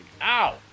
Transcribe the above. Ow